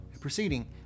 proceeding